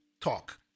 talk